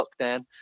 lockdown